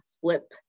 flip